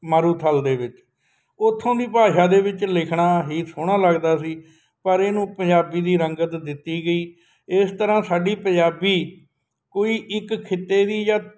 ਮਾਰੂਥਲ ਦੇ ਵਿੱਚ ਉੱਥੋਂ ਦੀ ਭਾਸ਼ਾ ਦੇ ਵਿੱਚ ਲਿਖਣਾ ਹੀ ਸੋਹਣਾ ਲੱਗਦਾ ਸੀ ਪਰ ਇਹਨੂੰ ਪੰਜਾਬੀ ਦੀ ਰੰਗਤ ਦਿੱਤੀ ਗਈ ਇਸ ਤਰ੍ਹਾਂ ਸਾਡੀ ਪੰਜਾਬੀ ਕੋਈ ਇੱਕ ਖਿੱਤੇ ਦੀ ਜਾਂ